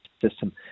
system